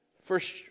First